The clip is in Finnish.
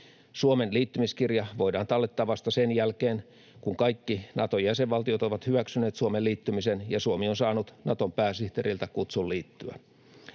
Suomen liittymiskirja voidaan tallettaa vasta sen jälkeen, kun kaikki Naton jäsenvaltiot ovat hyväksyneet Suomen liittymisen ja Suomi on saanut Naton pääsihteeriltä kutsun liittyä.